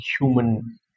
human